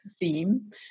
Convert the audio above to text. theme